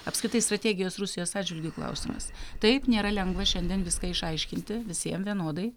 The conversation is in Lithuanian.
apskritai strategijos rusijos atžvilgiu klausimas taip nėra lengva šiandien viską išaiškinti visiem vienodai